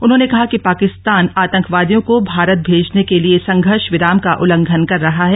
उन्होंने कहा कि पाकिस्तान आतंकवादियों को भारत भेजने के लिए संघर्ष विराम का उल्लंघन कर रहा है